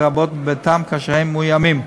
לרבות בביתם כאשר הם מאוימים,